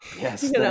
Yes